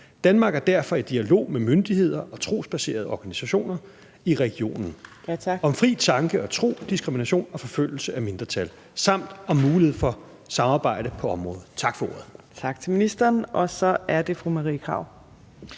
Danmark er derfor i dialog med myndigheder og trosbaserede organisationer i regionen om fri tanke og tro, om diskrimination og forfølgelse af mindretal samt om mulighed for samarbejde på området. Tak for ordet. Kl. 15:34 Fjerde næstformand (Trine Torp):